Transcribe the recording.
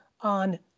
on